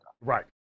Right